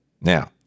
Now